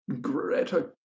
Greta